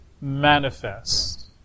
manifest